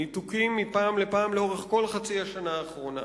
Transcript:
ניתוקים מפעם לפעם לאורך כל חצי השנה האחרונה,